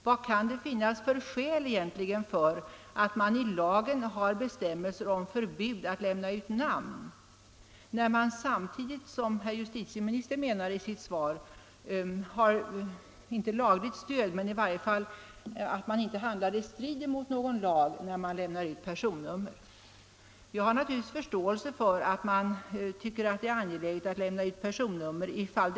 Vad finns det för skäl för att vi i lagen har bestämmelser om förbud att lämna ut namn, när man — som justitieministern säger i sitt svar — inte handlar i strid mot någon lag när man lämnar ut personnummer?